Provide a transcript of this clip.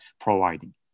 providing